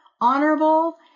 honorable